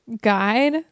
guide